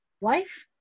wife